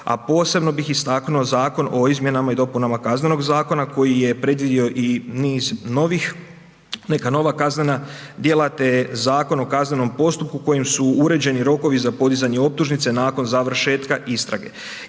a posebno bih istaknuo Zakon o izmjenama i dopunama Kaznenog zakona koji je predvidio i niz novih, neka nova kaznena djela te Zakon o kaznenom postupku kojim su uređeni rokovi za podizanje optužnice nakon završetka istrage